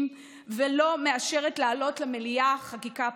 ולא מאשרת להעלות למליאה חקיקה פרטית.